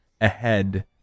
ahead